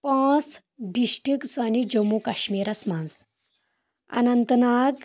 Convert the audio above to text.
پانٛژھ ڈشٹک سٲنِس جموں کشمیٖرس منٛز اننت ناگ